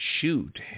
Shoot